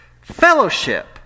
fellowship